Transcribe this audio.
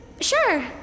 Sure